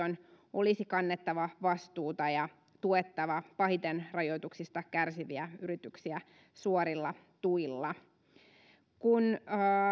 olisi kannettava vastuuta ja tuettava pahiten rajoituksista kärsiviä yrityksiä suorilla tuilla kun